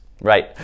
Right